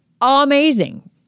amazing